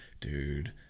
dude